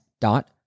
dot